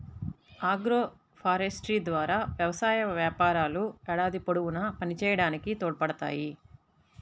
agroforestry ద్వారా వ్యవసాయ వ్యాపారాలు ఏడాది పొడవునా పనిచేయడానికి తోడ్పడతాయి